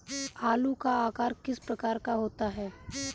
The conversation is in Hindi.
आलू का आकार किस प्रकार का होता है?